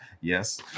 yes